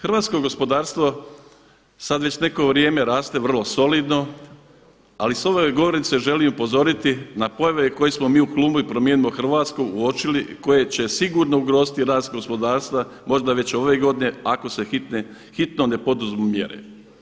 Hrvatsko gospodarstvo sad već neko vrijeme raste vrlo solidno, ali sa ove govornice želim upozoriti na pojave koje smo mi u klubu Promijenimo Hrvatsku uočili koje će sigurno ugroziti rast gospodarstva, možda već ove godine ako se hitno ne poduzmu mjere.